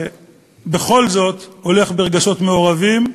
ובכל זאת אני הולך ברגשות מעורבים,